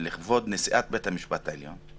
לכבוד נשיאת בית המשפט העליון,